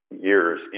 years